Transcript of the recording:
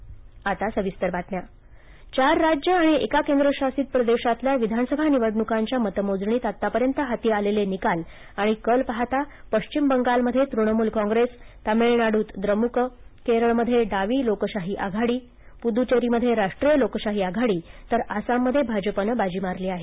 निवडणक निकाल चार राज्य आणि एका केंद्रशासित प्रदेशातल्या विधानसभा निवडणुकांच्या मतमोजणीत आतापर्यंत हाती आलेले निकाल आणि कल पाहता पश्चिम बंगालमधे तृणमूल काँग्रेसतामिळनाडूत द्रमुक केरळमधे डावी लोकशाही आघाडी पुद्च्चेरीमधे राष्ट्रीय लोकशाही आघाडी तर आसाममधे भाजपानं बाजी मारली आहे